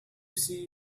see